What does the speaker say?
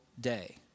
day